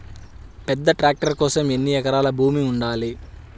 పెద్ద ట్రాక్టర్ కోసం ఎన్ని ఎకరాల భూమి ఉండాలి?